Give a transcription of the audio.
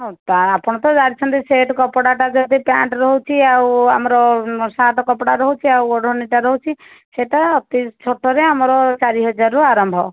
ହଁ ତା ଆପଣ ତ ଜାଣିଛନ୍ତି ସେଟ୍ କପଡ଼ାଟା ଯଦି ପ୍ୟାଣ୍ଟ୍ ରହୁଛି ଆଉ ଆମର ସାର୍ଟ୍ କପଡ଼ା ରହୁଛି ଆଉ ଓଢ଼ଣୀଟା ରହୁଛି ସେଟା ଅତି ଛୋଟରେ ଆମର ଚାରି ହଜାରରୁ ଆରମ୍ଭ